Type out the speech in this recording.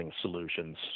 solutions